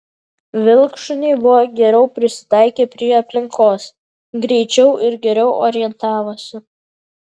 vilkšuniai buvo geriau prisitaikę prie aplinkos greičiau ir geriau orientavosi